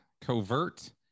covert